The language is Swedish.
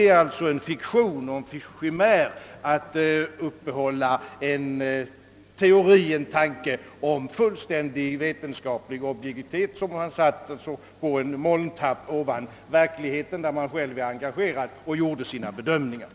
Att försöka uppehålla en teori eller en tanke om fullständig vetenskaplig objektivitet är en chimär — alldeles som om vederbörande gjorde sina bedömningar sittande på en molntapp ovanför den verklighet, där han själv är engagerad.